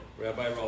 Rabbi